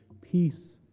Peace